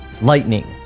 Lightning